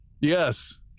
Yes